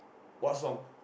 what song